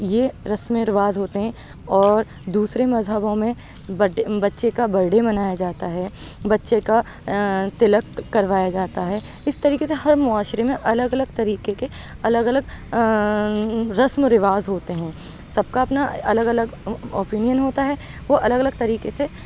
یہ رسمیں رواج ہوتے ہیں اور دوسرے مذہبوں میں بڈے بچے کا برڈے منایا جاتا ہے بچے کا تلک کروایا جاتا ہے اس طریقے سے ہر معاشرے میں الگ الگ طریقے کے الگ الگ رسم و رواج ہوتے ہیں سب کا اپنا الگ الگ او اوپینین ہوتا ہے وہ الگ الگ طریقے سے